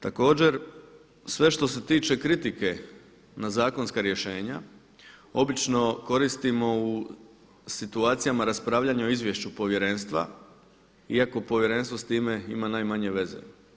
Također sve što se tiče kritike na zakonska rješenja obično koristimo u situacijama raspravljanja o izvješću Povjerenstva iako povjerenstvo s time ima najmanje veze.